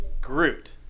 Groot